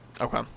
Okay